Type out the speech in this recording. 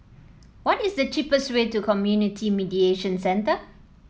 what is the cheapest way to Community Mediation Centre